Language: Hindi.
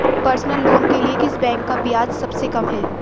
पर्सनल लोंन के लिए किस बैंक का ब्याज सबसे कम है?